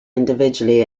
individually